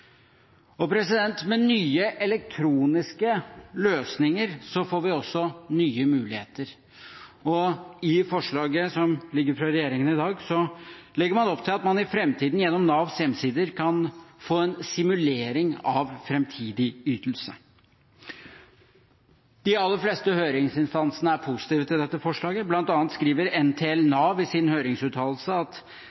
Med nye elektroniske løsninger får vi også nye muligheter. I forslaget som ligger fra regjeringen i dag, legger man opp til at man i framtiden gjennom Navs hjemmesider kan få en simulering av framtidig ytelse. De aller fleste høringsinstansene er positive til dette forslaget. Blant annet skriver NTL